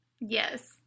Yes